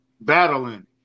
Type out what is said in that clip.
battling